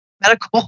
medical